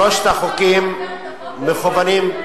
שלושת החוקים מכוונים,